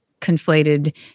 conflated